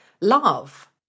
love